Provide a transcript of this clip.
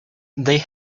they